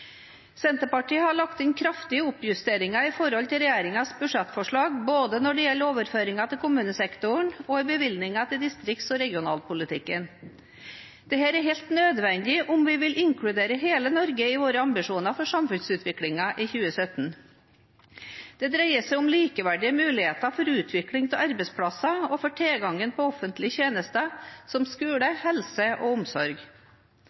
Senterpartiet har lagt inn kraftige oppjusteringer i forhold til regjeringens budsjettforslag, både når det gjelder overføringene til kommunesektoren og i bevilgningene til distrikts- og regionalpolitikken. Dette er helt nødvendig om vi vil inkludere hele Norge i våre ambisjoner for samfunnsutviklingen i 2017. Det dreier seg om likeverdige muligheter for utvikling av arbeidsplasser og for tilgangen til offentlige tjenester som skole, helse og omsorg.